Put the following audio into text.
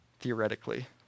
theoretically